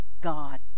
God